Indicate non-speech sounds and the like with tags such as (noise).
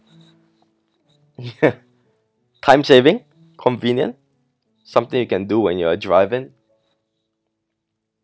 (laughs) ya time saving convenient something you can do when you are driving